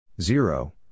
Zero